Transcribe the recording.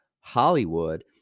Hollywood